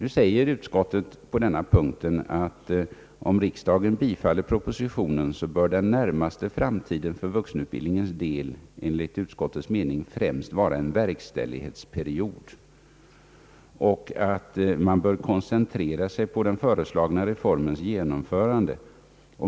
Utskottet anser på denna punkt att den närmaste framtiden för vuxenutbildningens del för den händelse att riksdagen bifaller propositionen enligt utskottets mening främst bör vara en verkställighetsperiod och att man bör koncentrera sig på den föreslagna reformens genomförande.